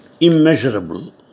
immeasurable